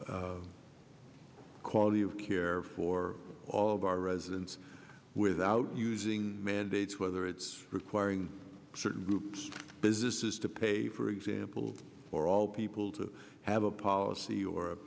reasonable quality of care for all of our residents without using mandates whether it's requiring certain groups businesses to pay for example for all people to have a policy or